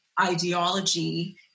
ideology